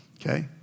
Okay